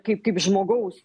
kaip kaip žmogaus